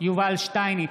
יובל שטייניץ,